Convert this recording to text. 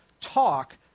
Talk